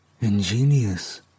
Ingenious